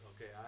okay